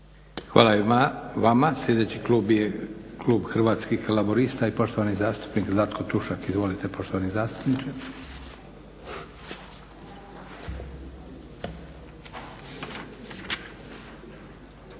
Hvala i vama. Sljedeći klub je klub Hrvatskih laburista i poštovani zastupnik Zlatko Tušak. Izvolite poštovani zastupniče.